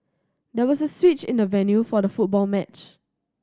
there was a switch in the venue for the football match